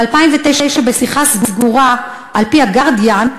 ב-2009, בשיחה סגורה, על-פי ה"גרדיאן",